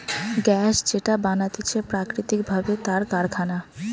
gas যেটা বানাতিছে প্রাকৃতিক ভাবে তার কারখানা